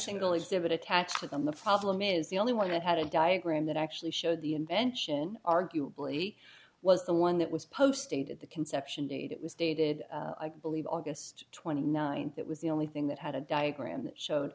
single exhibit attached to them the problem is the only one that had a diagram that actually showed the invention arguably was the one that was posted at the conception date it was dated i believe august twenty ninth that was the only thing that had a diagram showed